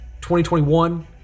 2021